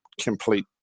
complete